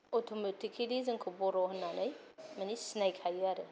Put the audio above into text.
अथ'मेतिकेलि जोंखौ बर' होननानै माने सिनायखायो आरो